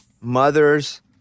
mothers